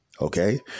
okay